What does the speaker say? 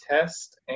test